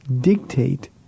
dictate